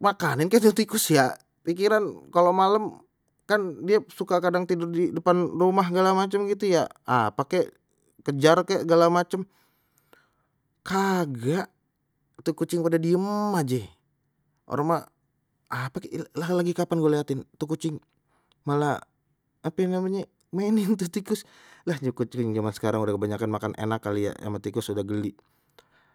makanin kek tu tikus ya, pikiran kalau malam kan dia suka kadang tidur di depan rumah segala macem gitu ya, apa kek kejar kek segala macem kagak tuh kucing pada diem aje, orang mah apa kek lah lagi kapan gue lihatin tuh kucing malah apa namenye mainin tu tikus lah ni kucing jaman sekarang udah kebanyakan makan enak kali ya ama tikus sudah geli.